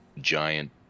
giant